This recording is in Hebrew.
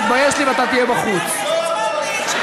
אני קורא אותך לסדר פעם שלישית.